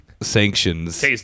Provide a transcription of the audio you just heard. sanctions